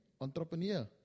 entrepreneur